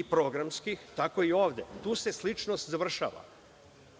i programskih, tako i ovde. Tu se sličnost završava. Kod